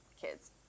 Kids